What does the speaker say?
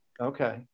Okay